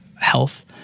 health